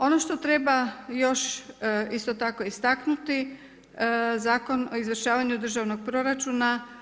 Ono što treba još isto tako istaknuti, zakon o izvršavanju državnog proračuna.